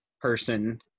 person